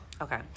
okay